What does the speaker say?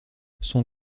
son